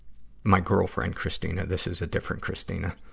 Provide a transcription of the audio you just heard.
my girlfriend, christina this is a different christina.